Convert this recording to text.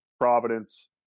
Providence